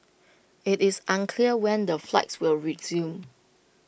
IT is unclear when the flights will resume